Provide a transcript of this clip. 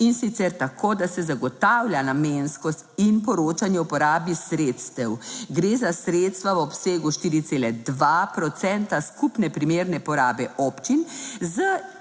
In sicer tako, da se zagotavlja namenskost in poročanje o porabi sredstev. Gre za sredstva v obsegu 4,2 procenta skupne primerne porabe občin z